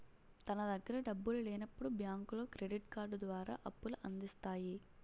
తన దగ్గర డబ్బులు లేనప్పుడు బ్యాంకులో క్రెడిట్ కార్డు ద్వారా అప్పుల అందిస్తాయి